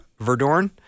Verdorn